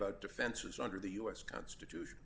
about defenses under the u s constitution